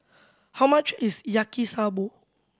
how much is Yaki Soba